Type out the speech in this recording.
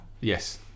Yes